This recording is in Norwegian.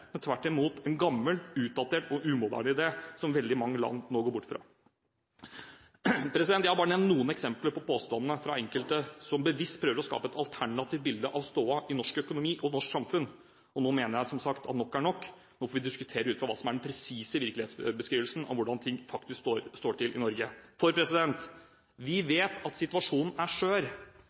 men tvert imot en gammel utdatert og umoderne idé, som veldig mange land nå går bort fra. Jeg har bare nevnt noen eksempler på påstandene fra enkelte som bevisst prøver å skape et alternativt bilde av stoda i norsk økonomi og i norsk samfunn. Nå mener jeg at nok er nok, nå får vi diskutere ut fra hva som er den presise virkelighetsbeskrivelsen av hvordan det faktisk står til i Norge. Vi vet at situasjonen er